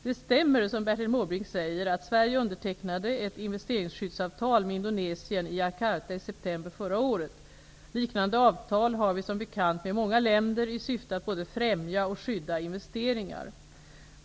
Det stämmer, som Bertil Måbrink säger, att Sverige undertecknade ett investeringsskyddsavtal med Liknande avtal har vi som bekant med många länder i syfte att både främja och skydda investeringar.